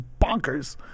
bonkers